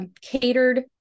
catered